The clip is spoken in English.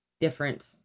different